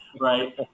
right